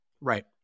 Right